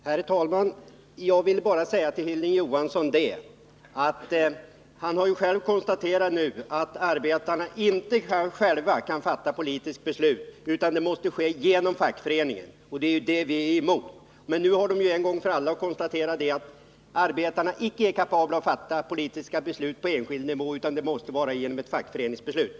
Herr talman! Hilding Johansson har nyss konstaterat att arbetarna själva inte kan fatta politiska beslut utan att detta måste ske genom fackföreningen. Det är detta som vi är emot. Nu har man emellertid en gång för alla konstaterat att arbetarna icke är kapabla att fatta politiska beslut på enskild nivå utan att beslutet måste fattas på fackföreningsnivå.